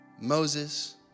Moses